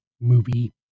movie